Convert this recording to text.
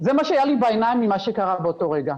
זה מה שהיה לי בעיניים ממה שקרה באותו רגע.